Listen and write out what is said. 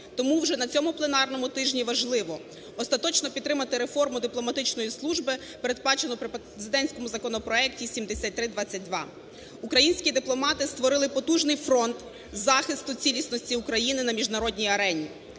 Тому вже на цьому пленарному тижні важливо остаточно підтримати реформу дипломатичної служби в передбаченому президентському законопроекті 7322. Українські дипломати створили потужний фронт захисту цілісності України на міжнародній арені.